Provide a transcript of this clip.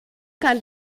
kann